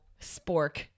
spork